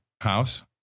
house